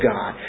God